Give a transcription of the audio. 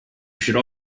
should